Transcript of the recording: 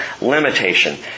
limitation